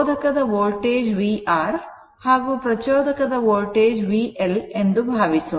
ರೋಧಕದ voltage vR ಹಾಗೂ ಪ್ರಚೋದಕದ voltage VL ಎಂದು ಭಾವಿಸೋಣ